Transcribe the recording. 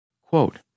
Quote